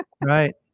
Right